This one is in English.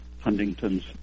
Huntington's